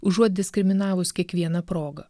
užuot diskriminavus kiekviena proga